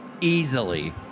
easily